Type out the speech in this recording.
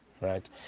right